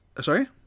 Sorry